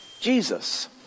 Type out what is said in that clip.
Jesus